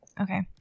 Okay